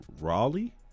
Raleigh